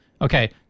Okay